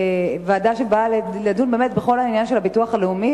ועדה שבאה לדון באמת בכל העניין של הביטוח הלאומי